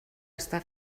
està